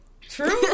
true